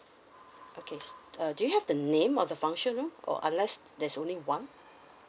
okay uh do you have the name of the function room or unless there's only one